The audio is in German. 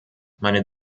meine